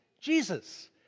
Jesus